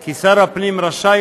כי שר הפנים רשאי,